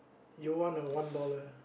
you want a one dollar